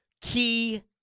Key